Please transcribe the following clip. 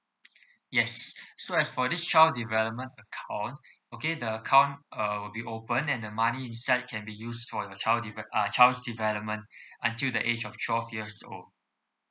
yes so as for this child development account okay the account uh will be opened and the money inside can be used for the child de~ uh child's development until the age of twelve years old